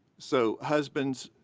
so husbands,